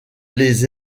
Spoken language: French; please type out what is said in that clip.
les